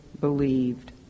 believed